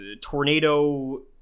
tornado